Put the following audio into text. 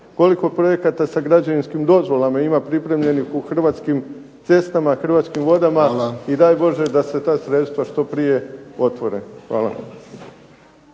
koliko projekata sa građevinskim dozvolama ima pripremljenih u Hrvatskim cestama, Hrvatskim vodama i daj Bože da se ta sredstva što prije otvore. Hvala.